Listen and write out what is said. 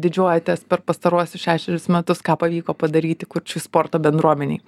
didžiuojatės per pastaruosius šešerius metus ką pavyko padaryti kurčių sporto bendruomenei